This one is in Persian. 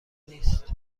نیست